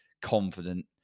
confident